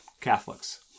Catholics